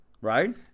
right